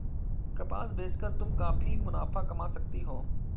कपास बेच कर तुम काफी मुनाफा कमा सकती हो